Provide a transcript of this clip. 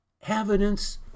evidence